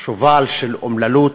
רוברט,